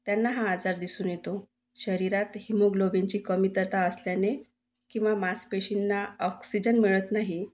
त्यांना हा आजार दिसून येतो शरीरात हिमोग्लोबिनची कमतरता असल्याने किंवा मांसपेशींना ऑक्सिजन मिळत नाही